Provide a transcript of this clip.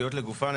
לגופן,